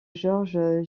georges